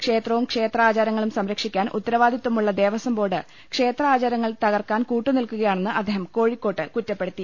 ക്ഷേത്രവും ക്ഷേത്രാചരങ്ങളും സംരക്ഷിക്കാൻ ഉത്തരവാദിത്തമുള്ള ദേവസ്വം ബോർഡ് ക്ഷേത്രാചാര ങ്ങൾ തകർക്കാൻ കൂട്ടുനിൽക്കുകയാണെന്ന് അദ്ദേഹം കോഴിക്കോട്ട് കുറ്റ പ്പെടുത്തി